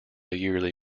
yearly